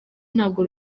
ntabwo